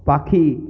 পাখি